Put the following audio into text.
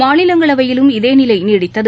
மாநிலங்களவையிலும் இதேநிலைநீடித்தது